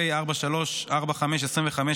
פ/4345/25,